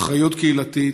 אחריות קהילתית.